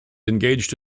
engaged